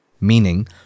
Meaning